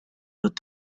but